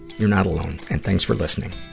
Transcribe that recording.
you're not alone, and thanks for listening.